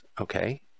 Okay